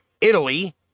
Italy